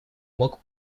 мог